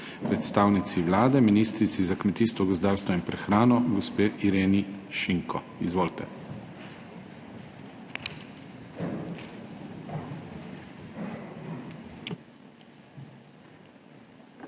predstavnici Vlade, ministrici za kmetijstvo, gozdarstvo in prehrano gospe Ireni Šinko. Izvolite.